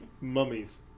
Mummies